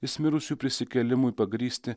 jis mirusiųjų prisikėlimui pagrįsti